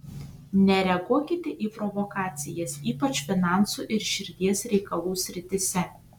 nereaguokite į provokacijas ypač finansų ir širdies reikalų srityse